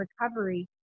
recovery